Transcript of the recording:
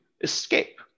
escape